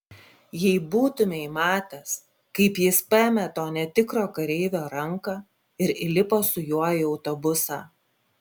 jei būtumei matęs kaip jis paėmė to netikro kareivio ranką ir įlipo su juo į autobusą